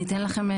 אני אתן לכם,